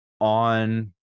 on